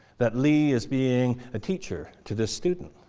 that li is being a teacher to this student.